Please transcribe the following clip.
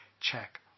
check